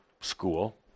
school